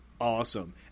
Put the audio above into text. awesome